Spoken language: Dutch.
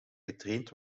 getraind